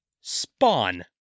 Spawn